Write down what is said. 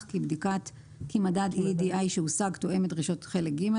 כי מדד EEDI שהושג תואם את דרישות חלק ג',